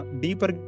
deeper